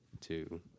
two